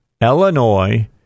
Illinois